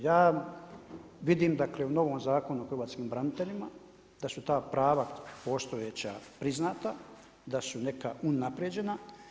Ja vidim dakle u novom zakonu o hrvatskim braniteljima da su ta prava postojeća priznata, da su neka unapređena.